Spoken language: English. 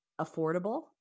affordable